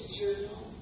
journal